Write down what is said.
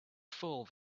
full